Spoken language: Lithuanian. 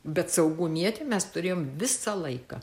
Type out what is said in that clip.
bet saugumietį mes turėjom visą laiką